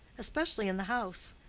especially in the house.